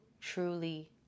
truly